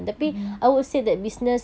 mmhmm